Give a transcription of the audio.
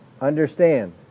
Understand